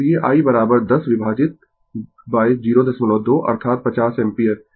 इसीलिए i 10 विभाजित 02 अर्थात 50 एम्पीयर